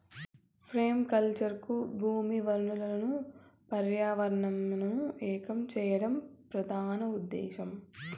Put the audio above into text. permaculture కు భూమి వనరులను పర్యావరణంను ఏకం చేయడం ప్రధాన ఉదేశ్యం